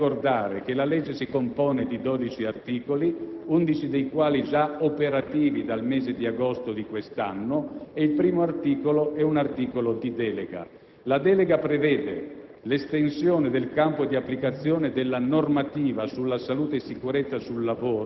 Per quanto riguarda queste ultime disposizioni, vorrei rapidamente ricordare che la legge si compone di 12 articoli, 11 dei quali già operativi dal mese di agosto di questo anno. Il primo articolo è di delega. La delega prevede: